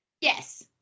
Yes